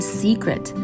secret